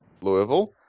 Louisville